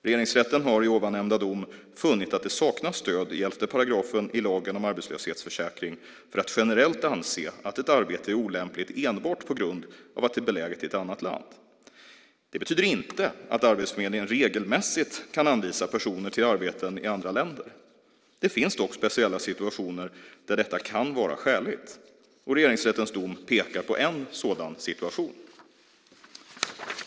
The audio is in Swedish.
Regeringsrätten har i ovan nämnda dom funnit att det saknas stöd i 11 § lagen om arbetslöshetsförsäkring för att generellt anse att ett arbete är olämpligt enbart på grund av att det är beläget i ett annat land. Det betyder inte att Arbetsförmedlingen regelmässigt kan anvisa personer till arbeten i andra länder. Det finns dock speciella situationer där detta kan vara skäligt. Regeringsrättens dom pekar på en sådan situation.